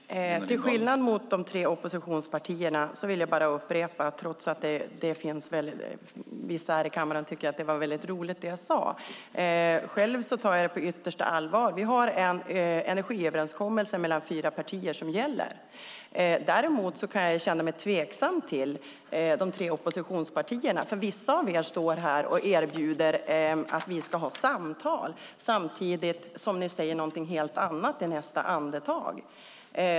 Herr talman! Till skillnad mot de tre oppositionspartierna vill jag upprepa att trots att vissa tyckte att det jag sade var roligt tar jag själv detta på yttersta allvar. Vi har en gällande energiöverenskommelse mellan fyra partier. Däremot kan jag känna mig tveksam till de tre oppositionspartierna. Vissa av er står här och erbjuder samtal, samtidigt som ni säger något helt annat i nästa andetag.